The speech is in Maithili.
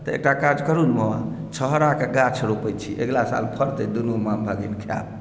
तऽ एकटा काज करू ने मामा छुहाराके गाछ रोपैत छी अगिला साल फरतै दुनू माम भगिन खायब